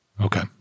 Okay